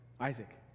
isaac